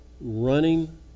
running